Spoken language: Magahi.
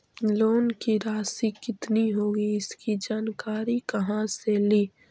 लोन की रासि कितनी होगी इसकी जानकारी कहा से ली?